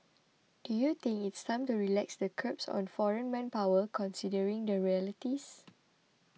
do you think it's time to relax the curbs on foreign manpower considering the realities